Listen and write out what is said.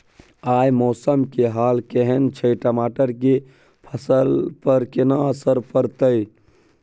आय मौसम के हाल केहन छै टमाटर के फसल पर केहन असर परतै?